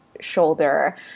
shoulder